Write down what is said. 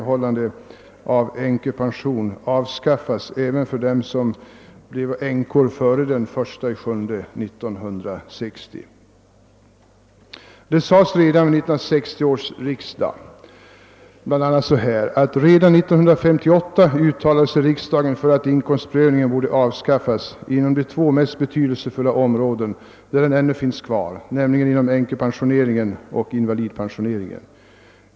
hållande av änkepension avskaffas även för dem som blev änkor före den 1 juli 1960. Redan vid 1960 års riksdag anfördes följande: »Riksdagen uttalade sig 1958 också för att inkomstprövningen borde avskaffas inom de två mest betydelsefulla områden där den ännu finns kvar, nämligen inom änkepensioneringen och invalidpensioneringen.